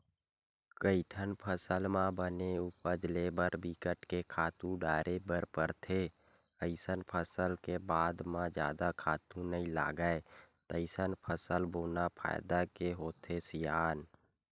कइठन फसल म बने उपज ले बर बिकट के खातू डारे बर परथे अइसन फसल के बाद म जादा खातू नइ लागय तइसन फसल बोना फायदा के होथे सियान